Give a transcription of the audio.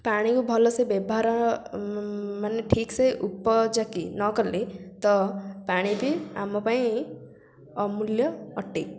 ପାଣିକୁ ଭଲସେ ବ୍ୟବହାର ମାନେ ଠିକ୍ ସେ ଉପଯୋଗୀ ନ କଲେ ତ ପାଣି ବି ଆମ ପାଇଁ ଅମୁଲ୍ୟ ଅଟେ